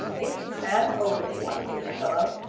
it's an opening, my dear fellow,